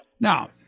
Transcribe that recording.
Now